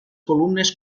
columnes